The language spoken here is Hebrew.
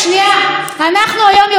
אנחנו היום יותר ליברלים,